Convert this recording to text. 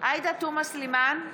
עאידה תומא סלימאן,